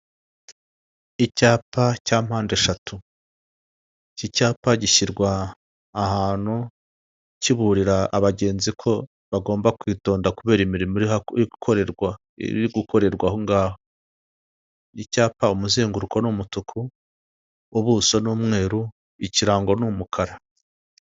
Icyapa cya mpande eshatu iki cyapa gishyirwa ahantu kiburira abagenzi ko bagomba kwitonda kubera imirimo iri gukorerwa aho ngaho, icyapa umuzenguruko ni umutuku, ubuso ni umweru, ikirango ni umukara.